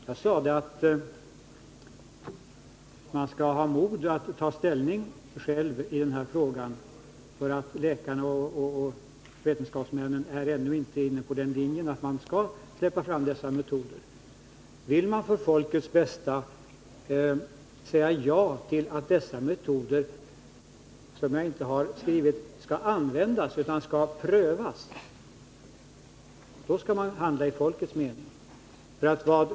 Jag sade att man skall ha mod att själv ta ställning i denna fråga, eftersom läkarna och vetenskapsmännen ännu inte är inne på linjen att dessa metoder skall släppas fram. Vad jag föreslagit är att dessa metoder för folkets bästa skall prövas — jag har inte skrivit användas.